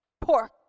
pork